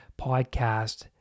podcast